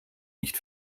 nicht